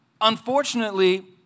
Unfortunately